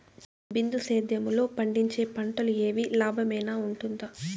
బిందు సేద్యము లో పండించే పంటలు ఏవి లాభమేనా వుంటుంది?